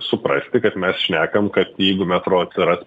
suprasti kad mes šnekam kad jeigu metro atsiras